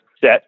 set